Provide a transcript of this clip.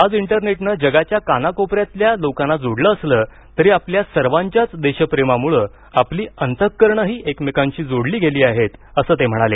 आज इंटरनेटनं जगाच्या कानकोपऱ्यातल्या लोकांना जोडलं असलं तरी आपल्या सर्वांच्याच देशप्रेमामुळे आपली अंतःकरणही एकमेकांशी जोडली गेली आहेत असं ते म्हणाले